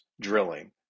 drilling